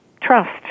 trust